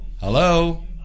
hello